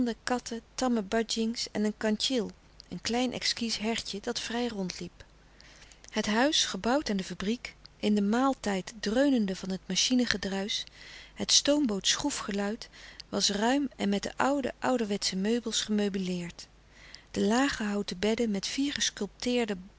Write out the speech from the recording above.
katten tamme badjings en een kantjil een klein exquis hertje dat vrij rondliep het huis gebouwd aan de fabriek in den maal tijd dreunende van het machine gedruisch het stoomboot schroefgeluid was ruim en met de oude louis couperus de stille kracht ouderwetsche meubels gemeubeleerd de lage houten bedden met